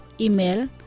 Email